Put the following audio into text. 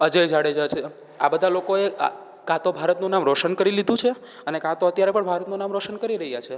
અજય જાડેજા છે આ બધા લોકોએ ક્યાં તો ભારતનું નામ રોશન કરી લીધું છે અને ક્યાં તો અત્યારે પણ ભારતનું નામ રોશન કરી રહ્યાં છે